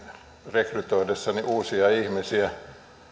rekrytoidessani uusia ihmisiä